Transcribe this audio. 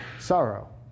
sorrow